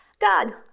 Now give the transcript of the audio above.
God